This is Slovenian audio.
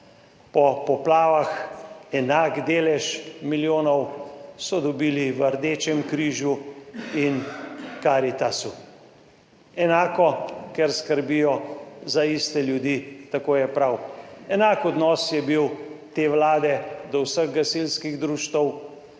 po poplavah. Enak delež milijonov so dobili v Rdečem križu in Karitasu, enako, ker skrbijo za iste ljudi. Tako je prav, enak odnos je bil te vlade do vseh gasilskih društev